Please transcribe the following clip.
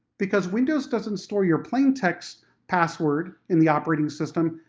because windows doesn't store your plaintext password in the operating system,